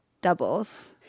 doubles